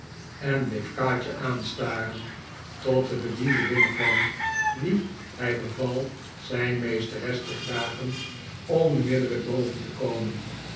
en bleef kaatje aanstaren tot de bediende binnenkwam wien hij beval zijn meesteres te vragen onmiddellijk boven te komen